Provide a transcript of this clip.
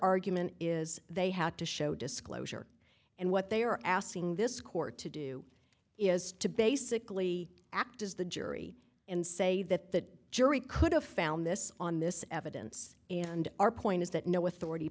argument is they have to show disclosure and what they are asking this court to do is to basically act as the jury and say that that jury could have found this on this evidence and our point is that no authority